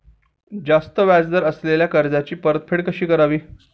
जास्त व्याज दर असलेल्या कर्जाची परतफेड कशी करावी?